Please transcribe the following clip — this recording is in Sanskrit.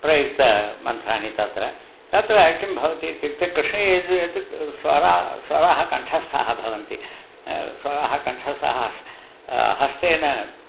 प्रयुक्तमन्त्राणि तत्र तत्र किं भवति इत्युक्ते कृष्णयजुर्वेदे स्वर स्वराः कण्ठस्थाः भवन्ति स्वराः कण्ठस्थाः हस्तेन